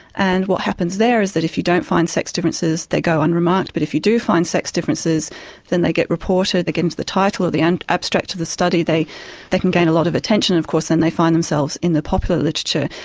and what happens there is if you don't find sex differences they go unremarked. but if you do find sex differences then they get reported, they get into the title of the and abstract of the study, they they can gain a lot of attention of course and they find themselves in the popular literature.